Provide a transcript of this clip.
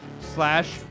slash